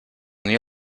unió